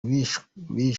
bishwe